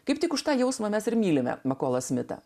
kaip tik už tą jausmą mes ir mylime makolą smitą